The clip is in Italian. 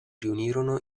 riunirono